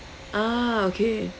ah okay